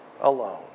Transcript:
alone